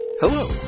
Hello